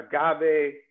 Agave